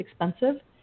expensive